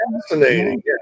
fascinating